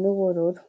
n'ubururu.